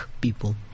People